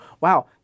wow